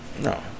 No